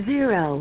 Zero